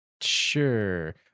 sure